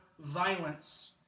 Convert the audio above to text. violence